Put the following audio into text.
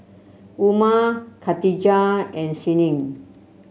Umar Katijah and Senin